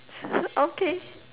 okay